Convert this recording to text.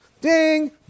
ding